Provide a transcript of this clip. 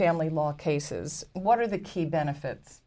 family law cases what are the key benefits